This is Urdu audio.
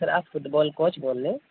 سر آپ فٹبال کوچ بول رہے